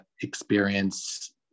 experience